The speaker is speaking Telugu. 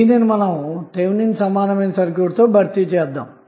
దీనినిథెవెనిన్సమానమైనసర్క్యూట్ తో భర్తీ చేద్దాము